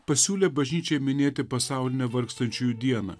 pasiūlė bažnyčiai minėti pasaulinę vargstančiųjų dieną